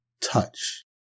touch